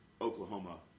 Oklahoma